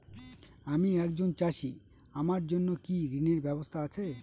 আমি একজন চাষী আমার জন্য কি ঋণের ব্যবস্থা আছে?